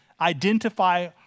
identify